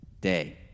Day